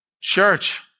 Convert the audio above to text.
church